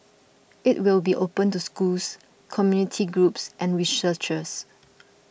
it will be open to schools community groups and researchers